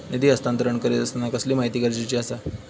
निधी हस्तांतरण करीत आसताना कसली माहिती गरजेची आसा?